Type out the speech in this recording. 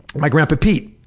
my grandpa pete.